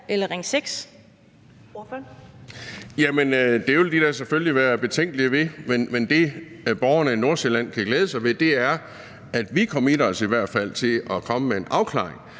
det vil vi da selvfølgelig være betænkelige ved. Men det, som borgerne i Nordsjælland kan glæde sig ved, er, at vi i hvert fald committer os til at komme med en afklaring